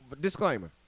disclaimer